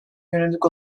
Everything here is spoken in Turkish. yönelik